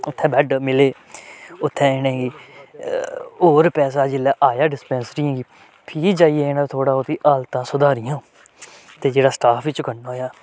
उत्थै बैड्ड मिले उत्थै इ'नें गी होर पैसा जिल्लै आया डिस्पैंसरियें गी फ्ही जाइयै इ'नें ओह्दी हालतां सुधारियां ते जेह्ड़ा स्टाफ च करना होएआ